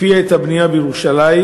הקפיאה את הבנייה בירושלים,